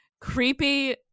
creepy